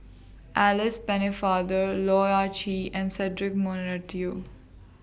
Alice Pennefather Loh Ah Chee and Cedric Monteiro